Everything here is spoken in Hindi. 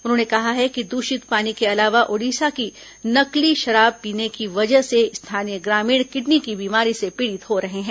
उन्होंने कहा है कि दूषित पानी के अलावा ओडिशा की नकली शराब पीने की वजह से स्थानीय ग्रामीण किडनी की बीमारी से पीड़ित हो रहे हैं